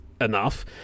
enough